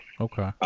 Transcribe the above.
Okay